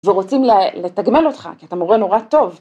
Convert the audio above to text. ‫ורוצים לתגמל אותך ‫כי אתה מורה נורא טוב.